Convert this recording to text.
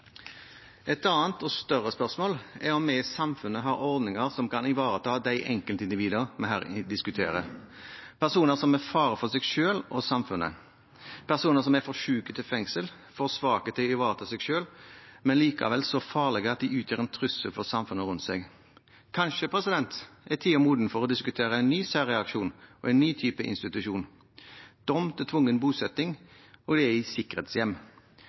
Et annet og større spørsmål er om vi i samfunnet har ordninger som kan ivareta de enkeltindividene vi her diskuterer: personer som er en fare for seg selv og samfunnet, personer som er for syke til fengsel, for svake til å ivareta seg selv, men likevel så farlige at de utgjør en trussel for samfunnet rundt seg. Kanskje tiden er moden for å diskutere en ny særreaksjon og en ny type institusjon: dom til tvungen bosetting og det i sikkerhetshjem.